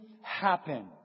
happen